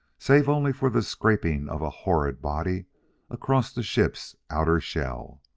save only for the scraping of a horrid body across the ship's outer shell.